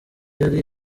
yari